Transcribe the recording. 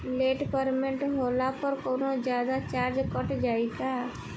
Late payment होला पर कौनोजादे चार्ज कट जायी का?